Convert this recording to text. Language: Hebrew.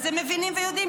אז הם מבינים ויודעים.